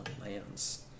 lands